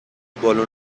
بالون